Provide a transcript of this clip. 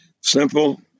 Simple